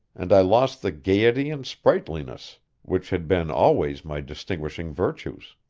and i lost the gayety and sprightliness which had been always my distinguishing virtues.